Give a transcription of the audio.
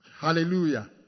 Hallelujah